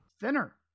Thinner